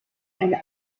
eine